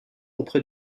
auprès